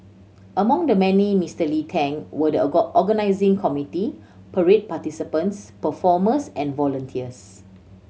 among the many Mister Lee thanked were the organising committee parade participants performers and volunteers